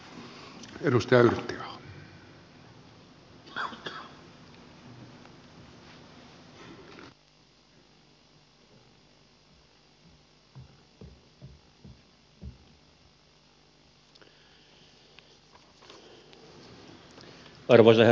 arvoisa herra puhemies